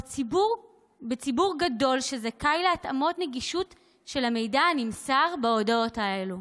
בציבור גדול שזכאי להתאמות נגישות של המידע הנמסר בהודעות האלה.